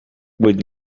would